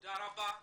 תודה רבה.